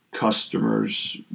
customers